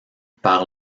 par